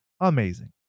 Amazing